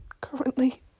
currently